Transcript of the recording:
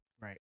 Right